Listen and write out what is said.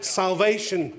salvation